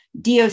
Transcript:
DOC